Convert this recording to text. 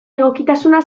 egokitasuna